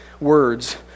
words